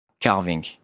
carving